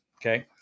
Okay